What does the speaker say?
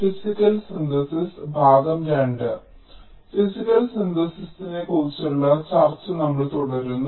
physical synthesis ക്കുറിച്ചുള്ള ചർച്ച നമ്മൾ തുടരുന്നു